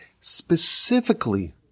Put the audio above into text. specifically